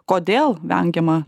kodėl vengiama